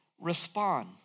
respond